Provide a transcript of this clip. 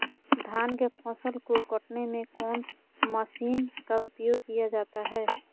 धान के फसल को कटने में कौन माशिन का उपयोग किया जाता है?